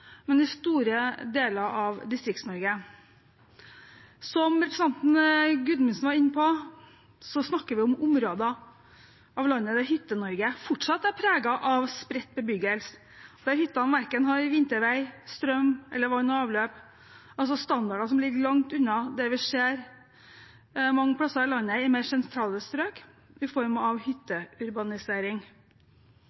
men i store deler av Distrikts-Norge. Som representanten Gudmundsen var inne på, snakker vi om områder av landet der Hytte-Norge fortsatt er preget av spredt bebyggelse, der hyttene verken har vintervei, strøm eller vann og avløp – altså standarder som ligger langt unna det vi ser mange plasser i landet i mer sentrale strøk, i form av